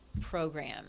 program